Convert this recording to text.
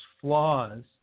flaws